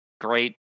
great